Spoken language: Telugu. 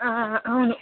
అవును